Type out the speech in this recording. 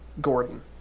Gordon